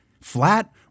flat